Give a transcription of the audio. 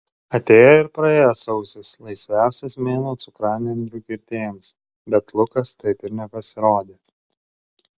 atėjo ir praėjo sausis laisviausias mėnuo cukranendrių kirtėjams bet lukas taip ir nepasirodė